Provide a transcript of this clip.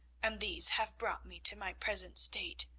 and these have brought me to my present state.